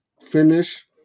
finish